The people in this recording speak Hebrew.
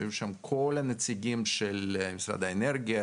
היו שם כל הנציגים של משרד האנרגיה,